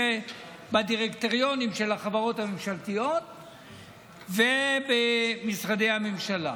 זה בדירקטוריונים של החברות הממשלתיות ובמשרדי הממשלה.